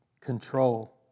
control